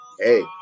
Hey